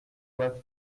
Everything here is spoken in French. doivent